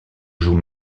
joue